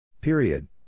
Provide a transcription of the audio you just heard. Period